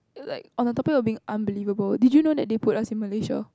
like on the topic of being unbelievable did you know that they put us in Malaysia